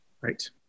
Right